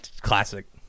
classic